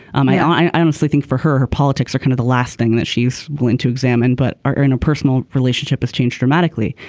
um i ah i honestly think for her her politics are kind of the last thing that she's going to examine but in a personal relationship is change dramatically.